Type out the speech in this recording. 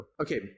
okay